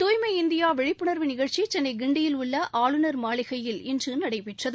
தூய்மை இந்தியா விழிப்புணர்வு நிகழ்ச்சி சென்னை கிண்டியில் உள்ள ஆளுநர் மாளிகையில் இன்று நடைபெற்றது